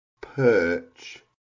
perch